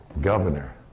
governor